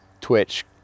twitch